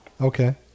Okay